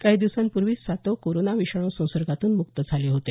काही दिवसांपूर्वीच सातव कोरोना विषाणू संसर्गातून मुक्त झाले होते